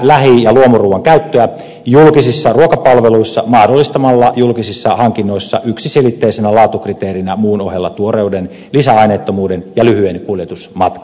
hallitus edistää lähi ja luomuruuan käyttöä julkisissa ruokapalveluissa mahdollistamalla julkisissa hankinnoissa yksiselitteisinä laatukriteereinä muun ohella tuoreuden lisäaineettomuuden ja lyhyen kuljetusmatkan